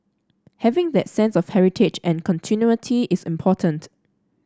having that sense of heritage and continuity is important